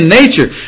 nature